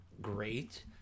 great